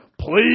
please